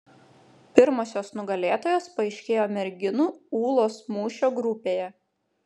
pirmosios nugalėtojos paaiškėjo merginų ūlos mūšio grupėje